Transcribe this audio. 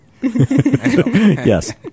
yes